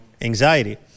anxiety